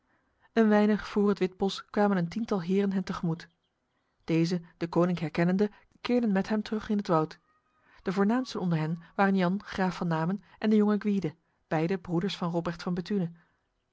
een weinig voor het witbos kwamen een tiental heren hen tegemoet deze deconinck herkennende keerden met hem terug in het woud de voornaamsten onder hen waren jan graaf van namen en de jonge gwyde beide broeders van robrecht van